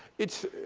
it's,